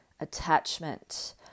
Attachment